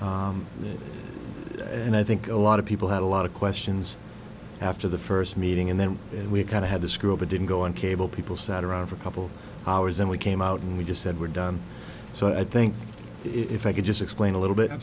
public and i think a lot of people had a lot of questions after the first meeting and then we kind of had the screw up it didn't go on cable people sat around for a couple hours and we came out and we just said we're done so i think if i could just explain a little bit